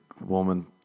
woman